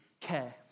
care